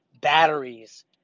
batteries